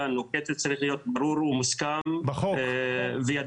נוקטת צריך להיות ברור ומוסכם וידוע.